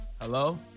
Hello